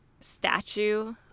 statue